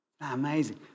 Amazing